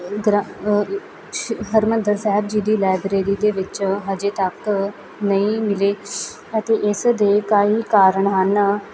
ਗ ਹਰਿਮੰਦਰ ਸਾਹਿਬ ਜੀ ਦੀ ਲਾਇਬਰੇਰੀ ਦੇ ਵਿੱਚ ਹਜੇ ਤੱਕ ਨਹੀਂ ਮਿਲੇ ਅਤੇ ਇਸ ਦੇ ਕਈ ਕਾਰਨ ਹਨ